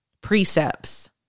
precepts